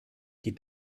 geht